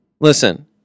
Listen